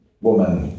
woman